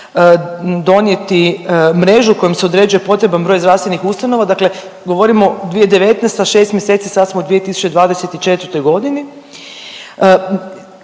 donijeti mrežu kojom se određuje potreban broj zdravstvenih ustanova, dakle govorimo 2019. šest mjeseci, sad smo u 2024.g.,